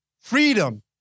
freedom